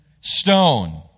stone